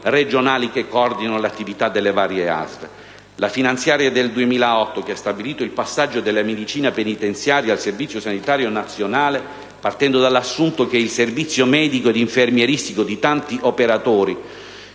regionali che coordinano l'attività delle varie Asl. La finanziaria per il 2008 ha stabilito il passaggio della medicina penitenziaria al Servizio sanitario nazionale, partendo dall'assunto che il servizio medico ed infermieristico di tanti operatori